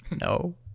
no